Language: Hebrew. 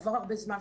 עבר הרבה זמן,